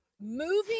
Moving